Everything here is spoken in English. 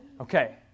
Okay